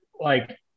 like-